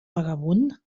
vagabund